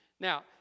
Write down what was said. Now